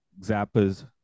Zappa's